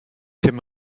ddim